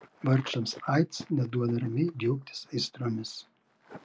vargšams aids neduoda ramiai džiaugtis aistromis